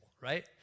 right